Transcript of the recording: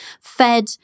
fed